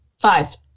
Five